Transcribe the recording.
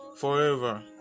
forever